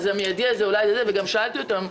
גם שאלתי אותם: